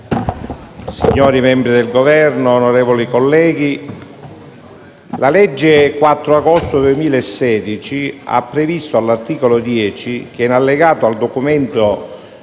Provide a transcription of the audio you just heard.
signori membri del Governo, onorevoli colleghi, la legge 4 agosto 2016 ha previsto all'articolo 10 che, in allegato al Documento